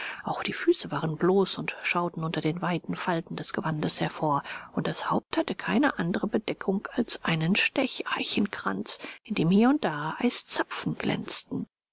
auch die füße waren bloß und schauten unter den weiten falten des gewandes hervor und das haupt hatte keine andere bedeckung als einen stecheichenkranz in dem hier und da eiszapfen glänzten